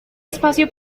espacio